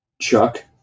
Chuck